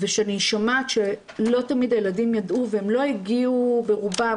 ושאני שומעת שלא תמיד הילדים ידעו והם לא הגיעו ברובם